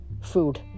Food